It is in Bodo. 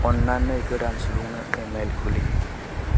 अन्नानै गोदान सुबुंनो इमेल खुलि